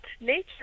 nature